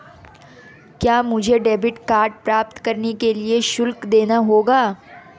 क्या मुझे debit card प्राप्त करने के लिए शुल्क देना होगा?